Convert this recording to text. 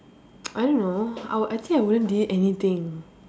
I don't know I will I think I wouldn't delete anything